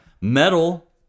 Metal